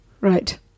Right